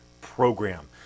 program